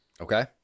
Okay